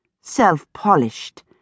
self-polished